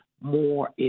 more